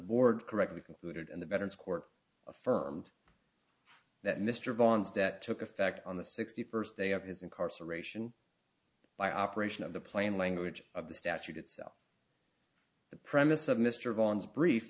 board correctly concluded and the veterans court affirmed that mr vons debt took effect on the sixty first day of his incarceration by operation of the plain language of the statute itself the premise of mr vons brief